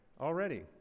Already